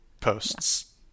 posts